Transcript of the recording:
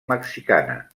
mexicana